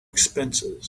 expenses